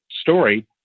story